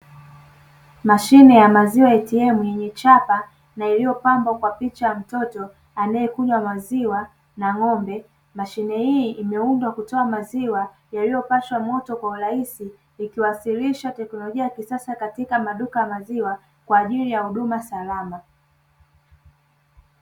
Mashine ya maziwa "ATM" yenye chapa na iliyopambwa kwa picha ya mtoto, anayekunywa maziwa na ng'ombe. Mashine hii imeundwa kutoa maziwa yaliopashwa moto kwa urahisi, ikiwasilisha teknolojia ya kisasa katika maduka maziwa kwaajili huduma salama.